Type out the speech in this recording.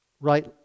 right